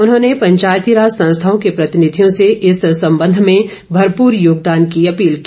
उन्होंने पंचायती राज संस्थाओं के प्रतिनिधियों से इस संबंध में भरपूर योगदान की अपील की